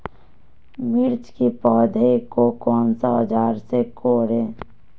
मिर्च की पौधे को कौन सा औजार से कोरे?